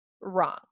wrong